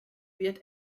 wird